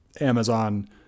Amazon